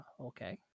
okay